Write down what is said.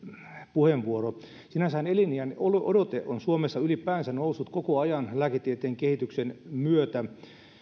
puheenvuoro sinänsähän eliniänodote on suomessa ylipäänsä noussut koko ajan lääketieteen kehityksen myötä